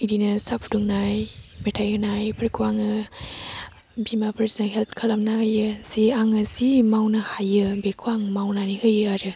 बिदिनो साहा फुदुंनाय मेथाइ होनायफोरखौ आङो बिमाफोरजों हेल्प खालामना होयो जे आङो जि मावनो हायो बेखौ आं मावनानै होयो आरो